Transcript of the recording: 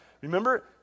Remember